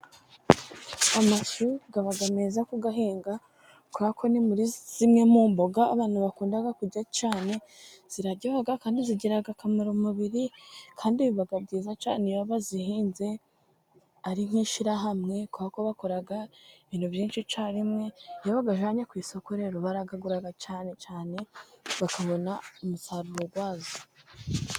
Amashu aba meza ku yahinga kuberako ni muri zimwe mu mboga abantu bakunda kurya cyane ziraryoha kandi zigirira akamaro umubiri . Kandi biba byiza cyane iyo bazihinze ari nk'ishyirahamwe kuko bakora ibintu byinshi icyarimwe ,iyo bayajyanye ku isoko rero barayagura cyane cyane bakabona umusaruro wazo.